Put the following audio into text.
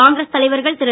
காங்கிரஸ் தலைவர்கள் திரு